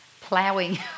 plowing